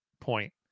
point